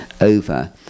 over